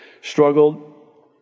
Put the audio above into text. struggled